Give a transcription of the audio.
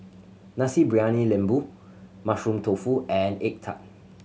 Nasi Briyani Lembu Mushroom Tofu and egg tart